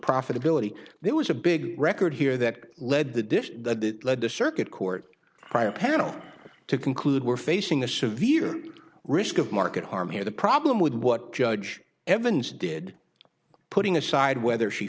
profitability there was a big record here that led the dish to lead the circuit court panel to conclude we're facing a severe risk of market harm here the problem with what judge evans did putting aside whether she